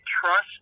trust